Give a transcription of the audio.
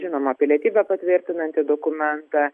žinoma pilietybę patvirtinantį dokumentą